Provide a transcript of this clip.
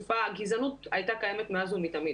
גזענות הייתה קיימת מאז ומתמיד.